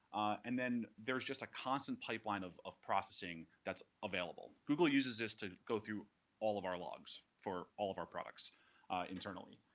and then there's just a constant pipeline of of processing that's available. google uses this to go through all of our logs for all of our products internally.